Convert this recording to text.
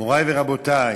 מורי ורבותי,